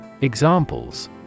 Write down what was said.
Examples